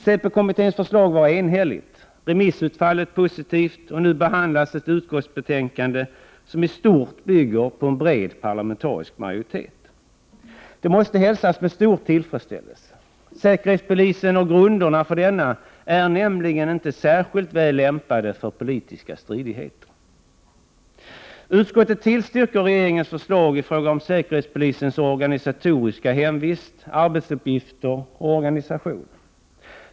Säpokommitténs förslag var enhälligt och remissutfallet positivt, och nu behandlas ett utskottsbetänkande som i stort sett bygger på en bred parlamentarisk majoritet. Detta måste hälsas med stor tillfredsställelse. Säkerhetspolisen och grunderna för denna är nämligen inte särskilt väl lämpade för politiska stridigheter. Utskottet tillstyrker regeringens förslag i fråga om säkerhetspolisens organisatoriska hemvist, arbetsuppgifter och organisation.